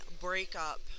breakup